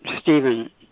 Stephen